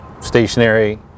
stationary